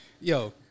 yo